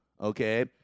Okay